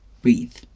Breathe